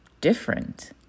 different